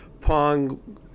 pong